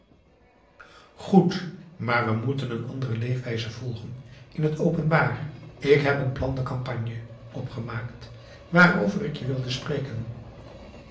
goed maar we moeten een andere leefwijze volgen in het openbaar ik heb een plan de campagne opgemaakt waarover ik je wilde spreken